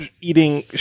eating